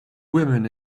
woman